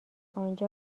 آنجا